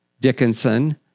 Dickinson